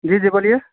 جی جی بولیے